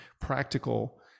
practical